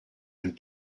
and